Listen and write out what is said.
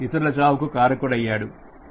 ఇతరులు కారకుడయ్యాడు